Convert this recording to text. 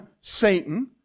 Satan